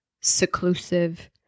seclusive